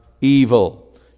evil